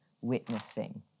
witnessing